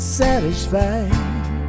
satisfied